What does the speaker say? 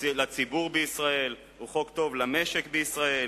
לציבור בישראל והוא חוק טוב למשק בישראל.